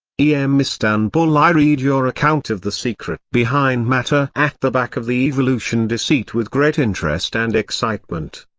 e m. istanbul i read your account of the secret behind matter at the back of the evolution deceit with great interest and excitement.